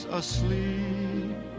asleep